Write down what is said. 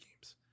games